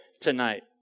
tonight